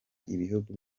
ibihugu